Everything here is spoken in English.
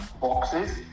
boxes